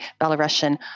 Belarusian